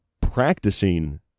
practicing